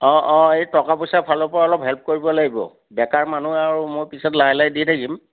অঁ অঁ এই টকা পইচাৰ ফালৰ পৰাও অলপ হেল্প কৰিব লাগিব বেকাৰ মানুহে আৰু মই পিছত লাহে লাহে দি থাকিম